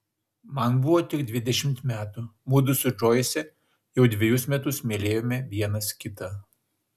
man buvo tik dvidešimt metų mudu su džoise jau dvejus metus mylėjome vienas kitą